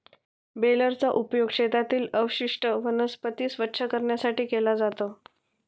बेलरचा उपयोग शेतातील अवशिष्ट वनस्पती स्वच्छ करण्यासाठी केला जातो